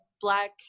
black